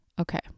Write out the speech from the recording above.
okay